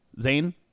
Zane